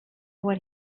what